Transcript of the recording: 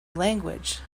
language